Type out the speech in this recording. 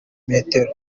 metero